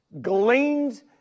gleaned